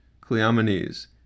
Cleomenes